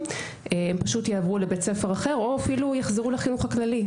הם יעברו לבית ספר אחר או יחזרו לחינוך הכללי.